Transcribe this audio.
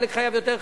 חלק חייב יותר,